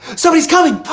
somebody's coming!